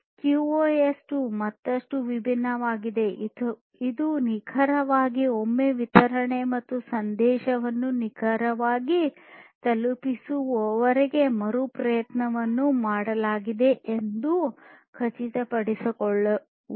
QoS 2 ಮತ್ತಷ್ಟು ವಿಭಿನ್ನವಾಗಿದೆ ಇದು ನಿಖರವಾಗಿ ಒಮ್ಮೆ ವಿತರಣೆ ಮತ್ತು ಸಂದೇಶವನ್ನು ನಿಖರವಾಗಿ ತಲುಪಿಸುವವರೆಗೆ ಮರುಪ್ರಯತ್ನವನ್ನು ಮಾಡಲಾಗಿದೆಯೆ ಎಂದು ಖಚಿತಪಡಿಸಿಕೊಳ್ಳುವುದು